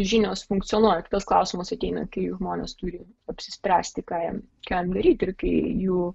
žinios funkcionuoja tas klausimas ateina kai žmonės turi apsispręsti ką jam ką jam daryti ir kai jų